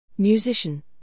Musician